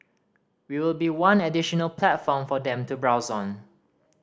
we will be one additional platform for them to browse on